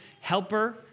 helper